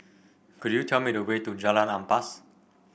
could you tell me the way to Jalan Ampas